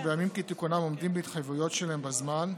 שבימים כתיקונם עומדים בהתחייבויות שלהם בזמן,